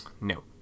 No